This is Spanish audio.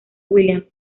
williams